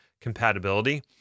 compatibility